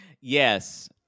Yes